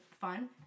fun